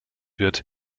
wird